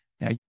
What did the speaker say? Now